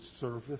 service